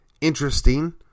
interesting